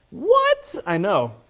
what? i know.